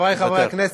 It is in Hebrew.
חברי חברי הכנסת,